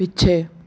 ਪਿੱਛੇ